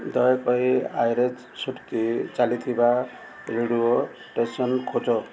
ଦୟାକରି ଶ୍ରୁତି ଚାଲିଥିବା radio station ଖୋଜ